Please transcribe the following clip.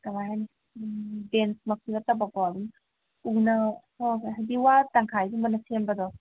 ꯀꯃꯥꯏꯅ ꯍꯥꯏꯅꯤ ꯕꯦꯟꯁꯃꯛꯁꯨ ꯅꯠꯇꯕꯀꯣ ꯑꯗꯨꯝ ꯎꯅ ꯍꯥꯏꯗꯤ ꯋꯥ ꯇꯪꯈꯥꯏꯒꯨꯝꯕꯅ ꯁꯦꯝꯕꯗꯣ